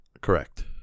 Correct